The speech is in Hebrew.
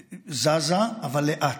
זזה, אבל לאט.